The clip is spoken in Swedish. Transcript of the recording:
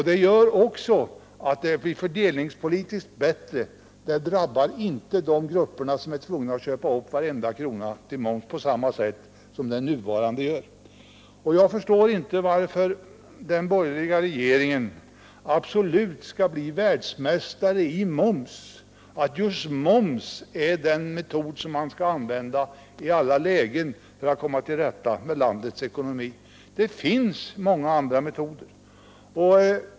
Den är också fördelningspolitiskt bättre; den drabbar inte på samma sätt som momsen de grupper som är tvungna att använda varenda krona till mat. Jag förstår inte varför den borgerliga regeringen absolut skall bli världsmästare i moms. Varför är just moms den metod som man skall använda i alla lägen för att komma till rätta med landets ekonomi? Det finns många andra metoder.